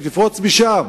היא תפרוץ משם,